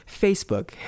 facebook